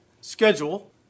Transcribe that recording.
schedule